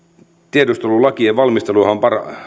tiedustelulakeja koskeva valmistelu on